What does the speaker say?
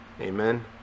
Amen